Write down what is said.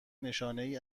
نشانهای